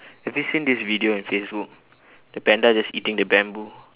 have you seen this video on facebook the panda just eating the bamboo